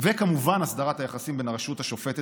וכמובן הסדרת היחסים בין הרשות השופטת,